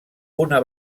una